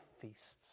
feasts